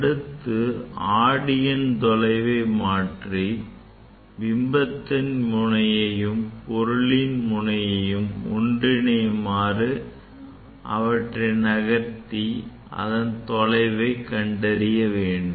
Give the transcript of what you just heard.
அடுத்து ஆடியின் தொலைவை மாற்றி பிம்பத்தின் முனையும் பொருளின் முனையும் ஒன்றிணையுமாறு அவற்றை நகர்த்தி அதன் தொலைவை கண்டறிய வேண்டும்